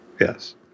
yes